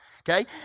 Okay